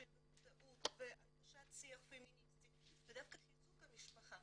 ומודעות והנגשת שיח פמיניסטי ודווקא חיזוק המשפחה.